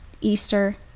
Easter